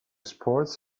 sports